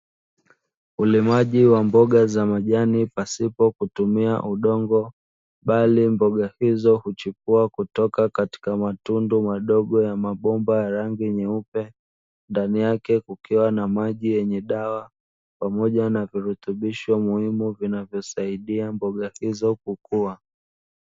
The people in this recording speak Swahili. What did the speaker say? Ulimaji wa mboga za majani pasipo kutumia udongo bali mboga hizo huchipua kutoka katika matundu madogo ya mabomba ya rangi nyeupe, ndani yake kukiwa na maji yenye dawa pamoja na virutubisho muhimu vinavyosaidia mboga hizo kukua.